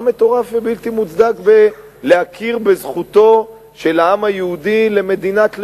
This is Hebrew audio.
מה מטורף ובלתי מוצדק בלהכיר בזכותו של העם היהודי למדינת לאום?